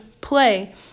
play